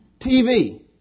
TV